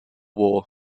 war